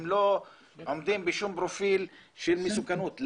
הם לא עומדים בשום פרופיל של מסוכנות.